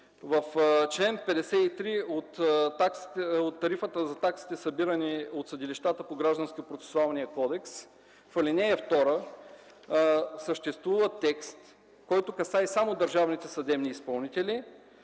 в чл. 53 от тарифата за таксите, събирани от съдилищата по Гражданския процесуалния кодекс в ал. 2 съществува текст, който касае само държавните съдебни изпълнители